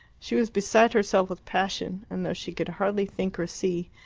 she was beside herself with passion, and though she could hardly think or see,